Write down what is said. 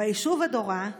ביישוב אדורה,